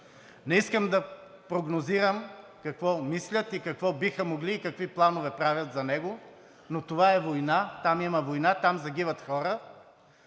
Не искам да прогнозирам какво мислят, какво биха могли и какви планове правят за него, но това е война – там има война, там загиват хора,